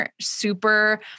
Super